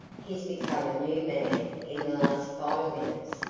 he's become a new man in the last five minutes,